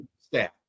staff